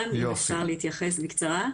הרפורמה בחינוך בכלל מאוד התאימה למרחב הכפרי,